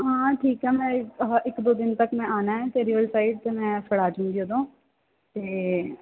ਹਾਂ ਠੀਕ ਆ ਮੈਂ ਇੱਕ ਦੋ ਦਿਨ ਤੱਕ ਮੈਂ ਆਉਣਾ ਤੇਰੀ ਵਾਲੀ ਸਾਈਡ ਅਤੇ ਮੈਂ ਫੜਾ ਜਾਵਾਂਗੀ ਉਦੋਂ ਅਤੇ